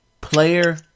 player